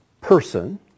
person